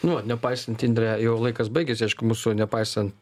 nu va nepaisant indre jau laikas baigėsi aišku mūsų nepaisant